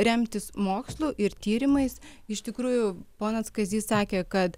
remtis mokslu ir tyrimais iš tikrųjų ponas kazys sakė kad